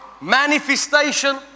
manifestation